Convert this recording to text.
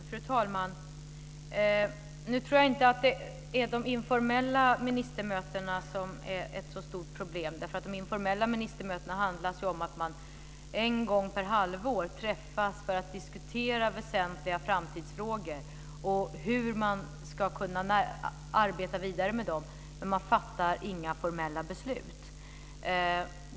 Fru talman! Nu tror jag inte att det är de informella ministermötena som är ett stort problem. De informella ministermötena handlar om att man en gång per halvår träffas för att diskutera väsentliga framtidsfrågor och diskutera hur man ska kunna arbeta vidare med dem, men man fattar inga formella beslut.